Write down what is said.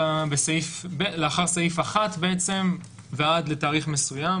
לאחר סעיף 1 ועד לתאריך מסוים,